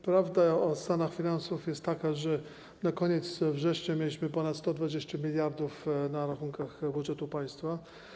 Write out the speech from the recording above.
Prawda o stanie finansów jest taka, że na koniec września mieliśmy ponad 120 mld na rachunkach budżetu państwa.